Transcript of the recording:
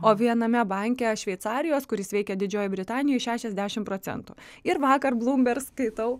o viename banke šveicarijos kuris veikia didžiojoj britanijoj šešiasdešim procentų ir vakar būmber skaitau